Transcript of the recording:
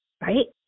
right